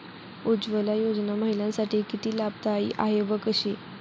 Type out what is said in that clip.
उज्ज्वला योजना महिलांसाठी किती लाभदायी आहे व कशी?